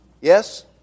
Yes